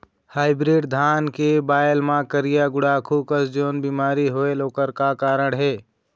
Hybrid धान के बायेल मां करिया गुड़ाखू कस जोन बीमारी होएल ओकर का कारण हे?